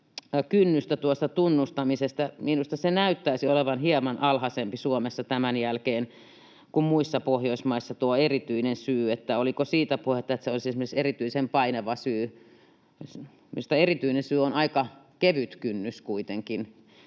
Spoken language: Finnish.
kynnys, tuo ”erityinen syy”, näyttäisi olevan hieman alhaisempi tämän jälkeen kuin muissa Pohjoismaissa. Oliko siitä puhetta, että se olisi esimerkiksi ”erityisen painava syy”? Minusta ”erityinen syy” on aika kevyt kynnys kuitenkin.